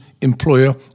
employer